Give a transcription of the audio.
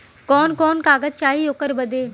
कवन कवन कागज चाही ओकर बदे?